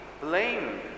blame